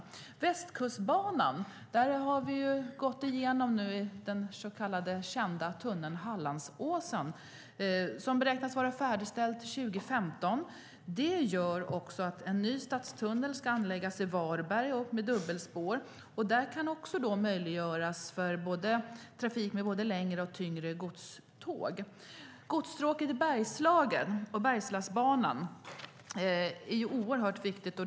När det gäller Västkustbanan har vi nu gått igenom den kända tunneln genom Hallandsåsen, som beräknas vara färdigställd 2015. Det gör att en ny stadstunnel med dubbelspår ska anläggas i Varberg, vilket kan möjliggöra för trafik med både längre och tyngre godståg. Godsstråket genom Bergslagen och Bergslagsbanan är oerhört viktiga.